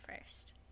first